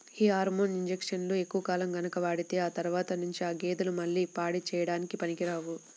యీ హార్మోన్ ఇంజక్షన్లు ఎక్కువ కాలం గనక వాడితే ఆ తర్వాత నుంచి ఆ గేదెలు మళ్ళీ పాడి చేయడానికి పనికిరావు